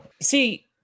See